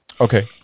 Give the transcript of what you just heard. Okay